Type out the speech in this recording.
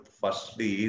firstly